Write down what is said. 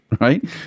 right